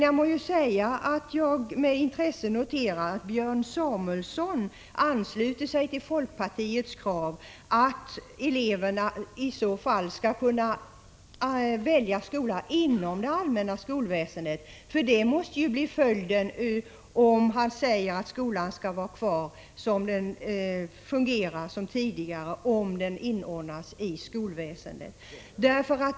Jag noterar dock med intresse att Björn Samuelson ansluter sig till folkpartiets krav att eleverna under sådana förhållanden skall kunna välja skola inom det allmänna skolväsendet. Detta måste ju bli följden av att, som han säger, skolan skall vara kvar och fungera som tidigare när den inordnas i skolväsendet.